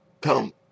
come